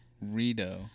Rito